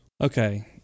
Okay